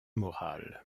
moral